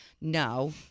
No